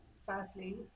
Firstly